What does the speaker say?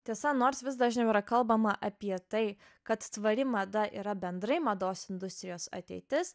tiesa nors vis dažniau yra kalbama apie tai kad tvari mada yra bendrai mados industrijos ateitis